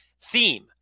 theme